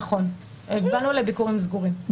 הגבלנו לביקורים סגורים, נכון.